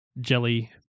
Jelly